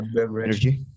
energy